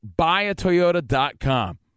buyatoyota.com